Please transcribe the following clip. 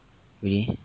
really